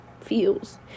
feels